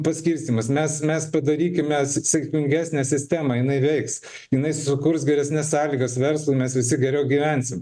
paskirstymas mes mes padarykime sėkmingesnę sistemą jinai veiks jinai sukurs geresnes sąlygas verslui mes visi geriau gyvensim